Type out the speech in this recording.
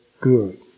good